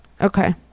Okay